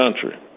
country